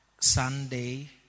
Sunday